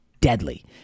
deadly